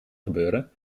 gebeuren